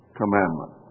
commandment